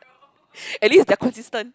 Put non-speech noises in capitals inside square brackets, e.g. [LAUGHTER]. [NOISE] [BREATH] at least they are consistent